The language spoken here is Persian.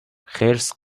خرس